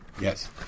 Yes